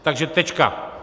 Takže tečka.